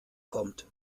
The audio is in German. kommt